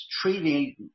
treating